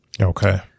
Okay